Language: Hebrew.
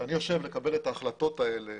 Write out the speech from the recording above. כשאני יושב ומקבל את ההחלטות האלה